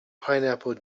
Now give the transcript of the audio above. pineapple